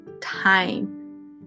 time